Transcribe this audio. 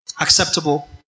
acceptable